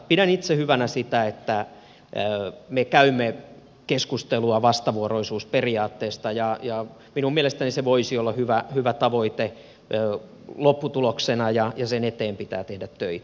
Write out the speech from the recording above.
pidän itse hyvänä sitä että me käymme keskustelua vastavuoroisuusperiaatteesta ja minun mielestäni se voisi olla hyvä tavoite lopputuloksena ja sen eteen pitää tehdä töitä